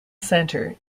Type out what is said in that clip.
center